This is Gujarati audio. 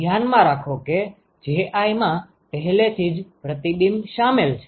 તેથી ધ્યાનમાં રાખો કે Ji માં પહેલેથી જ પ્રતિબિંબ શામેલ છે